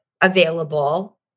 available